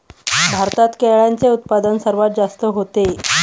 भारतात केळ्यांचे उत्पादन सर्वात जास्त होते